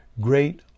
great